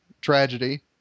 tragedy